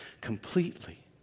completely